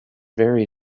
very